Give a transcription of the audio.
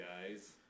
guys